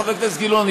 חבר הכנסת גילאון,